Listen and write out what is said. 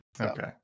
Okay